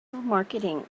marketing